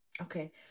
Okay